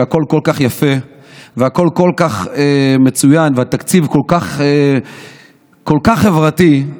שהכול כל כך יפה והכול כל כך מצוין והתקציב כל כך כל כך חברתי,